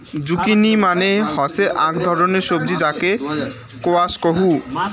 zucchini মানে হসে আক ধরণের সবজি যাকে স্কোয়াশ কহু